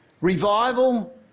revival